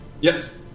Yes